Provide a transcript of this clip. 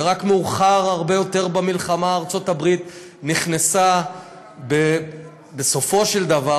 ורק מאוחר הרבה יותר במלחמה ארצות הברית נכנסה בסופו של דבר,